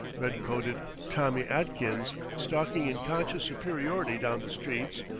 red-coated tommy atkins, stalking in conscious superiority down the streets,